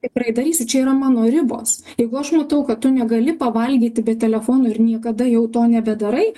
tikrai darysiu čia yra mano ribos jeigu aš matau kad tu negali pavalgyti bet telefono ir niekada jau to nebedarai